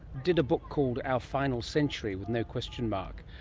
did a book called our final century with no question mark.